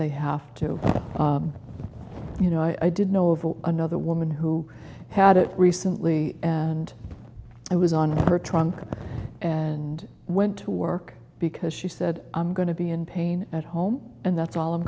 they have to you know i did know of another woman who had it recently and i was on her trunk and went to work because she said i'm going to be in pain at home and that's all i'm